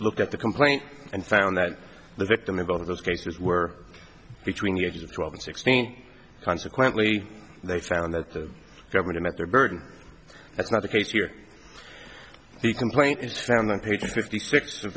look at the complaint and found that the victim in both of those cases were between the ages of twelve and sixteen consequently they found that the government met their burden that's not the case here the complaint is found on page fifty six of